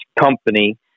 company